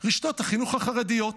רשתות החינוך החרדיות,